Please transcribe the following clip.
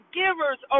givers